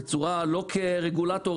לא כרגולטור,